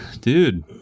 dude